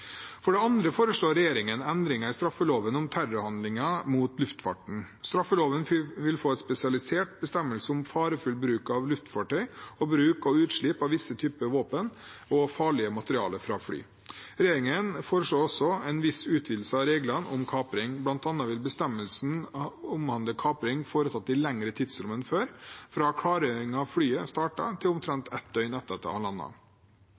For det andre foreslår regjeringen endringer i straffeloven rettet mot terrorhandlinger mot luftfarten. Straffeloven vil få en spesialisert bestemmelse om farefull bruk av luftfartøy og bruk og utslipp av visse typer våpen og farlige materialer fra fly. Regjeringen foreslår også en viss utvidelse av reglene om kapring, bl.a. vil bestemmelsen omhandle kapring foretatt i et lengre tidsrom enn før, fra klargjøringen av flyet starter til